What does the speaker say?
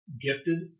gifted